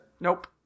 Nope